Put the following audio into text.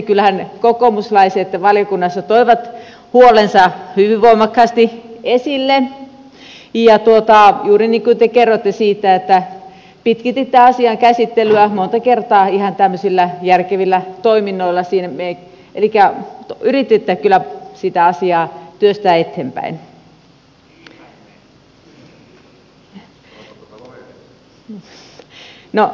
kyllähän kokoomuslaiset valiokunnassa toivat huolensa hyvin voimakkaasti esille juuri niin kuin te kerroitte siitä että pitkititte asian käsittelyä monta kertaa ihan tämmöisillä järkevillä toiminnoilla elikkä yrititte kyllä sitä asiaa työstää eteenpäin